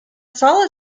solid